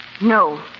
No